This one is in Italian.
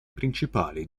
principali